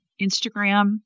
Instagram